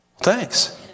Thanks